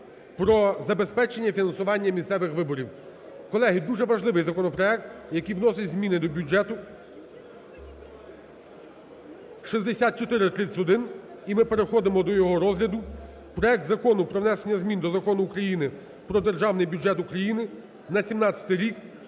про забезпечення фінансування місцевих виборів. Колеги, дуже важливий законопроект, який вносить зміни до бюджету (6431), і ми переходимо до його розгляду. Проект Закону про внесення змін до Закону України "Про Державний бюджет України на 2017 рік"